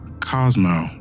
Cosmo